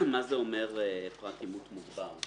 מה זה אומר פרט אימות מוגבר?